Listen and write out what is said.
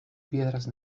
piedras